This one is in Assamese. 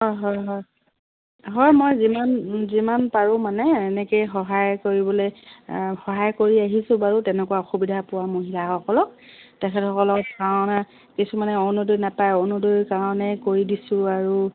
হয় হয় হয় হয় মই যিমান যিমান পাৰোঁ মানে এনেকৈয়ে সহায় কৰিবলৈ সহায় কৰি আহিছোঁ বাৰু তেনেকুৱা অসুবিধা পোৱা মহিলাসকলক তেখেতসকলক কাৰণে কিছুমানে অৰুণোদয় নাপায় অৰুণোদয় কাৰণে কৰি দিছোঁ আৰু